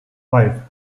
five